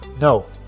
No